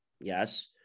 Yes